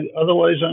Otherwise